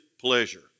pleasure